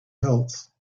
else